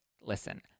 listen